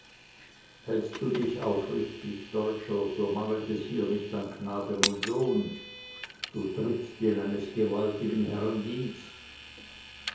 hältst du dich aufrichtig deutscher so mangelt es hier nicht an gnaden und lohn du trittst in eines gewaltigen